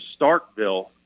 Starkville